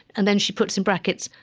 and then she puts in brackets,